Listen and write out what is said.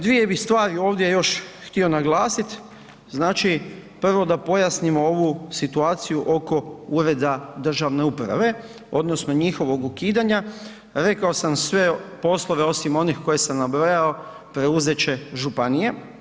Dvije bi stvari ovdje još htio naglasit, znači prvo da pojasnimo ovu situaciju oko Ureda državne uprave odnosno njihovog ukidanja, rekao sam sve poslove osim onih koje sam nabrojao, preuzet će županije.